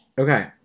Okay